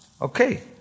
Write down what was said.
Okay